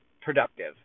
productive